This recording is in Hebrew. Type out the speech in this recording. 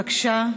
בבקשה,